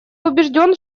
убежден